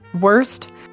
Worst